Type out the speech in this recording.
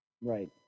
Right